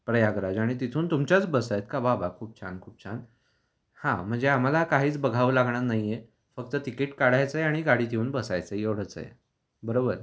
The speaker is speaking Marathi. प्रयागराज आणि तिथून तुमच्याच बस आहेत का वा वा खूप छान खूप छान हां म्हणजे आम्हाला काहीच बघावं लागणार नाही आहे फक्त तिकीट काढायचं आहे आणि गाडीत येऊन बसायचं आहे एवढंचं आहे बरोबर